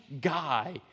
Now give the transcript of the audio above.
guy